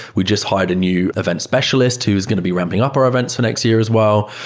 we just hired a new event specialist who is going to be ramping up our events for next year as well.